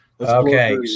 Okay